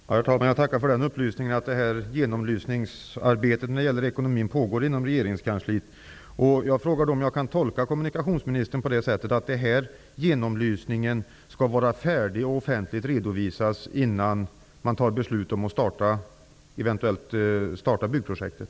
Herr talman! Jag tackar för beskedet att ett genomlysningsarbete när det gäller ekonomin pågår inom regeringskansliet. Kan jag då tolka kommunikationsministern på det sättet att denna genomlysning skall vara färdig och offentligt redovisad innan man eventuellt fattar beslut om att starta byggprojektet?